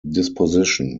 disposition